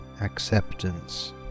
acceptance